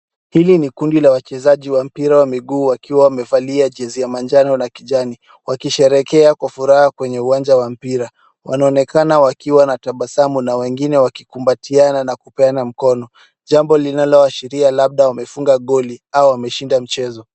Hili ni kundi la wachezaji wa mpira wa miguu wakiwa wamevalia jezi ya manjano na kijani, wakisherekea kwa furaha kwenye uwanja wa mpira. Wanaonekana wakiwa na tabasamu na wengine wakikumbatiana na kupeana mkono, jambo linalowashiria labda wamefunga goli, au wameshinda mchezo.